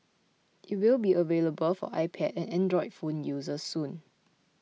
it will be available for iPad and Android phone users soon